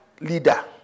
leader